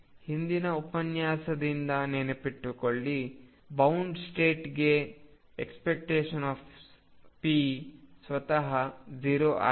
ಹಿಂದಿನ ಉಪನ್ಯಾಸದಿಂದ ನೆನಪಿಸಿಕೊಳ್ಳಿ ಬೌಂಡ್ ಸ್ಟೇಟ್ಗೆ ⟨p⟩ ಸ್ವತಃ 0 ಆಗಿದೆ